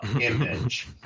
image